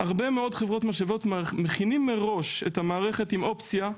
הרבה מאוד חברות משאבות מכינות מראש את המערכת עם אופציה,